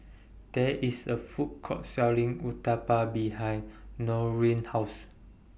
There IS A Food Court Selling Uthapam behind Norine's House